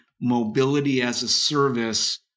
mobility-as-a-service